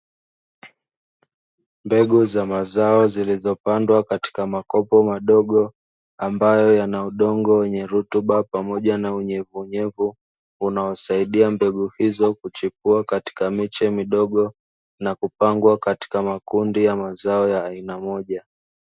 Mbegu za mazao zilizopandwa katika makopo madogo ambayo yana udongo wenye rutuba pamoja na unyevunyevu unaosaidia mbegu hizo kuchipua katika miche midogo, na kupangwa katika makundi ya mazao ya aina moja.